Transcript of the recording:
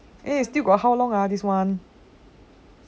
eh still got how long ah this one